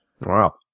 Wow